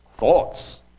Thoughts